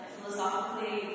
Philosophically